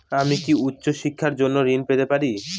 আমি কি উচ্চ শিক্ষার জন্য ঋণ পেতে পারি?